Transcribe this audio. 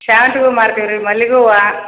ಸೇವಂತ್ಗೆ ಹೂ ಮಾರ್ತಿವಿ ರೀ ಮಲ್ಲಿಗೆ ಹೂವ